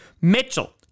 Mitchell